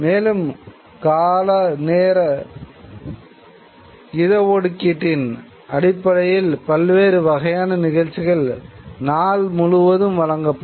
மேலும் கால நேரம் நேர ஒதுக்கீட்டின் அடிப்படையில் பல்வேறு வகையான நிகழ்ச்சிகள் நாள் முழுவதும் வழங்கப்படும்